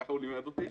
ככה הוא לימד אותי.